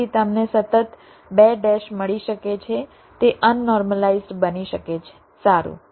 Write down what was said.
તેથી તમને સતત બે ડેશ મળી શકે છે તે અન નોર્મલાઇઝ્ડ બની શકે છે સારું